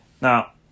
Now